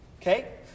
Okay